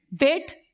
wait